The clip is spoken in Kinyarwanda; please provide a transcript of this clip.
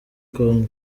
congo